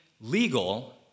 legal